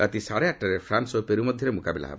ରାତି ସାଢ଼େ ଆଠଟାରେ ଫ୍ରାନ୍ୱ ଓ ପେରୁ ମଧ୍ୟରେ ମୁକାବିଲା ହେବ